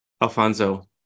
Alfonso